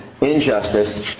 injustice